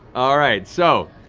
all right, so.